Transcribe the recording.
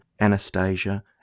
Anastasia